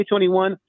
2021